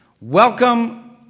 Welcome